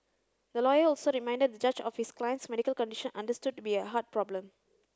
the lawyer also reminded the judge of his client's medical condition understood to be a heart problem